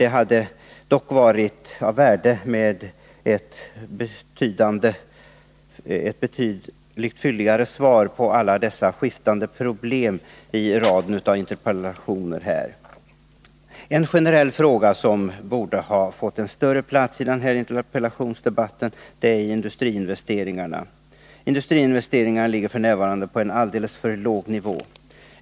Det hade dock varit av värde om det hade lämnats ett betydligt fylligare svar på alla de skiftande problem som har tagits upp. En generell fråga som borde ha fått större plats i den här interpellationsdebatten är industriinvesteringarna. De ligger f. n. på en alldeles för låg nivå.